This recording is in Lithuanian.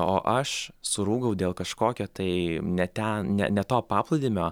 o aš surūgau dėl kažkokio tai ne ten ne ne to paplūdimio